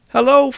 Hello